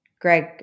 Greg